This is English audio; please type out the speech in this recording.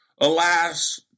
Alas